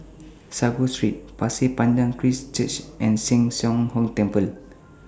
Sago Street Pasir Panjang Christ Church and Sheng Song Hong Temple